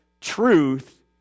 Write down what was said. truth